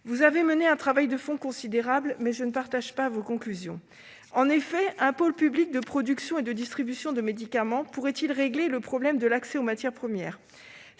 Vous avez mené un travail de fond considérable, mais je ne partage pas vos conclusions. En effet, un pôle public de production et de distribution de médicaments pourrait-il régler le problème de l'accès aux matières premières ?